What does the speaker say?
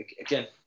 again